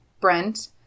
Brent